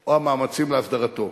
או המאמצים להסדרתו.